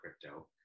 crypto